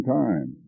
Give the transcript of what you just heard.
time